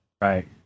right